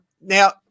now